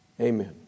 amen